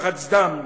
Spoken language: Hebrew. לחץ דם,